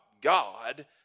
God